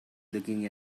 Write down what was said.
looking